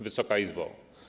Wysoka Izbo!